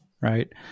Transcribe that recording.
right